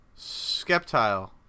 skeptile